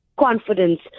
confidence